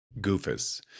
Goofus